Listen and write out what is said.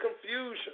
confusion